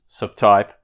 subtype